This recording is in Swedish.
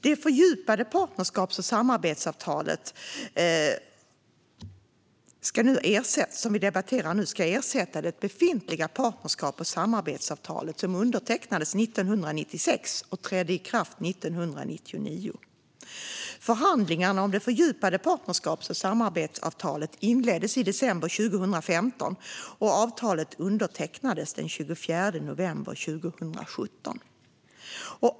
Det fördjupade partnerskaps och samarbetsavtalet, som vi nu debatterar, ska ersätta det befintliga partnerskaps och samarbetsavtal som undertecknades 1996 och trädde i kraft 1999. Förhandlingarna om det fördjupade partnerskaps och samarbetsavtalet inleddes i december 2015, och avtalet undertecknades den 24 november 2017.